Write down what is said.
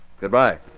Goodbye